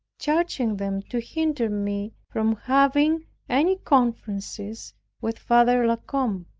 charging them to hinder me from having any conferences with father la combe.